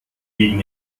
gegen